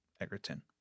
Egerton